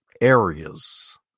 areas